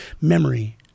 memory